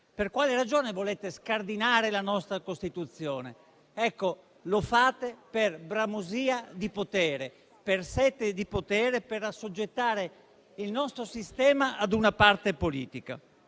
Per quale ragione volete scardinare la nostra Costituzione? Lo fate per bramosia e sete di potere e per assoggettare il nostro sistema ad una parte politica.